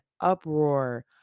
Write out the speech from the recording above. uproar